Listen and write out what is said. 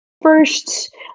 first